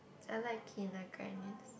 I like Kina-Grannis